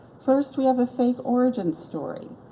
first, we have a fake origin story.